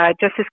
Justice